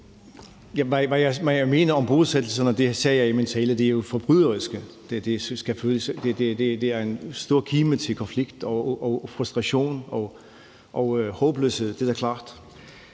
Hvad jeg mere om bosættelserne, sagde jeg i min tale: De er jo forbryderiske. Det er en stor kim til konflikt og frustration og håbløshed. Det er da klart.